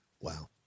Wow